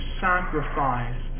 sacrifice